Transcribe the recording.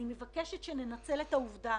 אני מבקשת שננצל את העובדה